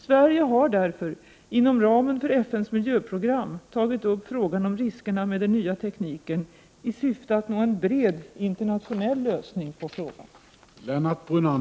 Sverige har därför inom ramen för FN:s miljöprogram tagit upp frågan om riskerna med den nya tekniken i syfte att nå en bred internationell lösning på frågan.